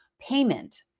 payment